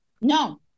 No